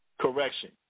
correction